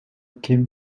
kim